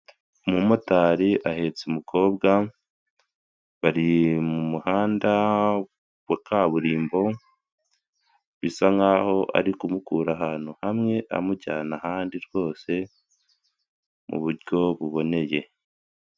Umumotari ahetse umukobwa, bari mu muhanda wa kaburimbo, bisa nkaho ari kumukura ahantu hamweari kumujyana ahandi rwose muburyo buboneye.